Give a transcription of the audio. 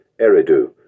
Eridu